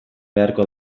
beharko